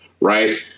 right